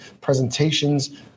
presentations